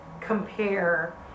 compare